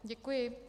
Děkuji.